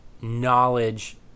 knowledge